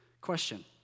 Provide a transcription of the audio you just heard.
Question